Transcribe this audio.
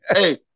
Hey